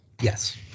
Yes